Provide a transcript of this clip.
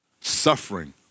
suffering